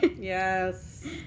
yes